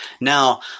Now